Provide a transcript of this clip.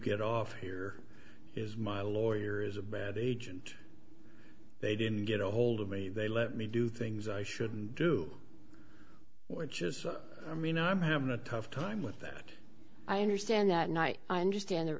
get off here is my lawyer is a bad agent they didn't get a hold of me they let me do things i shouldn't do which is i mean i'm having a tough time with that i understand that night i understand